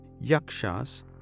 Yakshas